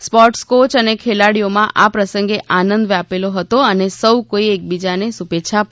sports coach અને ખેલાડીઓમાં આ પ્રસંગે આનંદ વ્યાપેલો હતો અને સૌ કોઈએ એકબીજાને શુભેચ્છા પાઠવી હતી